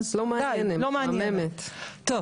אהה, לא מעניינת, משעממת.